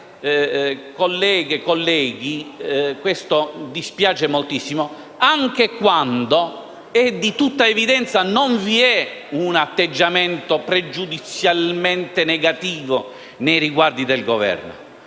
colleghe e colleghi - e ci dispiace moltissimo - neanche quando è di tutta evidenzia che non c'è un atteggiamento pregiudizialmente negativo nei riguardi del Governo.